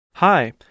Hi